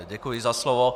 Děkuji za slovo.